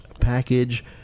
package